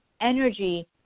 energy